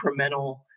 incremental